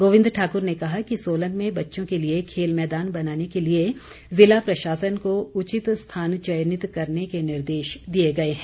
गोविंद ठाक्र ने कहा कि सोलन में बच्चों के लिए खेल मैदान बनाने के लिए जिला प्रशासन को उचित स्थान चयनित करने के निर्देश दिए गए हैं